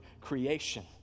creation